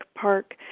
Park